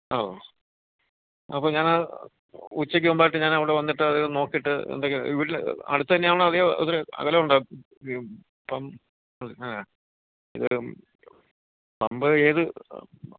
ആ അപ്പം ഞാൻ ആ ഉച്ചയ്ക്ക് മുമ്പായിട്ട് ഞാൻ അവിടെ വന്നിട്ട് അത് നോക്കീട്ട് എന്തെക്കെയാണ് വീട്ടിൽ അടുത്ത് തന്നെയാണല്ലോ അതെയോ ദൂരെ അകലം ഉണ്ടോ ഇപ്പം ആ ഇതൊരും പമ്പറ് ഏത്